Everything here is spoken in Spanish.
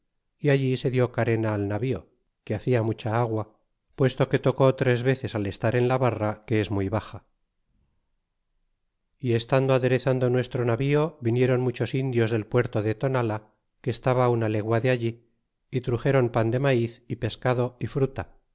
y allí se die carena al navío que hacia mucha agua puesto que tocó tres veces al estar en la barra que es muy baxa y estando aderezando nuestro navío vinieron muchos indios del puerto de tonala que estaba una legua de allí y truxeron pan de maiz y pescado y fruta